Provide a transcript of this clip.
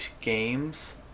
games